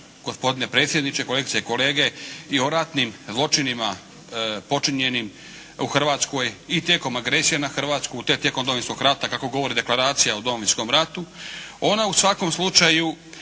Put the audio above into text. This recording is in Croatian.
gospodine predsjedniče, kolegice i kolege i o ratnim zločinima počinjenim u Hrvatskoj i tijekom agresije na Hrvatsku te tijekom Domovinskog rata kako govori Deklaracija o Domovinskom ratu, onda u svakom slučaju